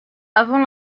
avant